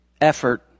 effort